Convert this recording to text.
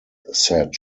said